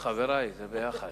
חברי, זה ביחד.